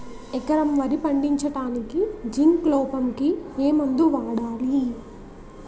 ఎకరం వరి పండించటానికి జింక్ లోపంకి ఏ మందు వాడాలి?